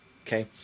okay